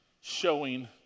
showing